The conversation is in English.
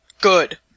good